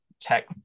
Tech